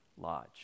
lodge